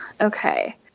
Okay